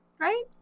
Right